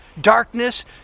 darkness